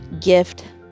gift